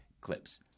clips